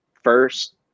First